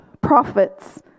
prophets